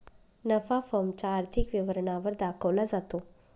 नफा फर्म च्या आर्थिक विवरणा वर दाखवला जातो